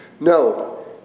No